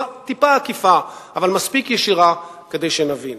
טיפה עקיפה אבל מספיק ישירה כדי שנבין.